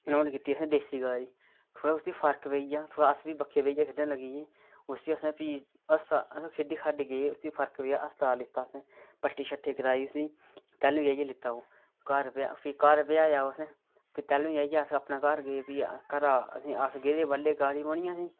नुआढ़ी कीती असैं देसी कारी थोह्ड़ा उसी फर्क पेई गेआ अस फ्ही बक्खिया बेहियै खेढना लग्गी गे उसी असें फ्ही खेढी खाढी गे फ्ही उसी अस्पताल लेतां असें पट्टी शट्टी कराई उसी तेलुं जाइयै लैता ओह् फ्ही घर पुजाया असैं फ्ही तैलूं जाइयै अस अपने घर गे अस गेदे हे बड़ले दा ते असें गी गालीं पौनी हीं